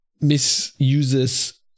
misuses